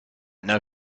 know